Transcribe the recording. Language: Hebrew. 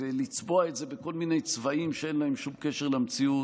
לצבוע את זה בכל מיני צבעים שאין להם שום קשר למציאות,